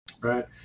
Right